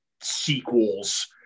sequels